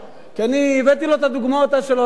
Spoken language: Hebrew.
אני הבאתי לו את הדוגמאות של אור-עקיבא